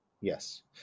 Yes